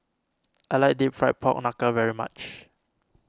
I like Deep Fried Pork Knuckle very much